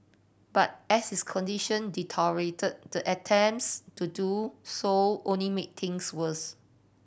but as his condition deteriorated the attempts to do so only made things worse